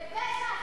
זה פשע,